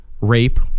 rape